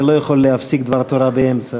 אני לא יכול להפסיק דבר תורה באמצע.